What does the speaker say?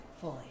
fully